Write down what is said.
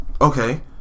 Okay